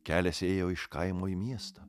kelias ėjo iš kaimo į miestą